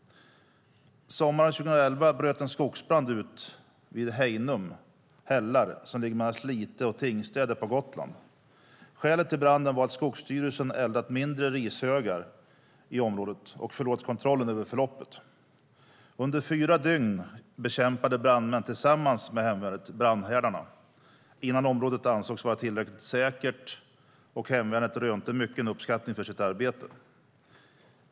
Sommaren 2011 bröt en skogsbrand ut vid Hejnum hällar som ligger mellan Slite och Tingstäde på Gotland. Skälet till branden var att Skogsstyrelsen eldat mindre rishögar i området och förlorat kontrollen över förloppet. Under fyra dygn bekämpade brandmän tillsammans med hemvärnet brandhärdarna innan området ansågs vara tillräckligt säkert, och hemvärnet rönte mycken uppskattning för sitt arbete.